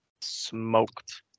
smoked